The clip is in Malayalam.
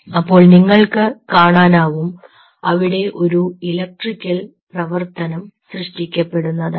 അപ്പോൾ നിങ്ങൾക്ക് കാണാനാവും അവിടെ ഒരു ഇലക്ട്രിക്കൽ പ്രവർത്തനം സൃഷ്ടിക്കപ്പെടുന്നതായി